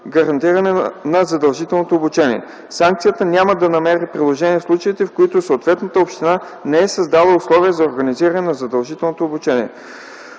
гарантиране на задължителното обучение. Санкцията няма да намери приложение в случаите, в които съответната община не е създала условия за организиране на задължителното обучение.